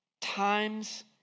times